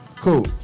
Cool